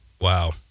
Wow